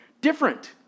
Different